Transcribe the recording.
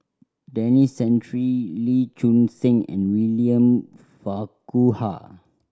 Denis Santry Lee Choon Seng and William Farquhar